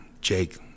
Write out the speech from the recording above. Jake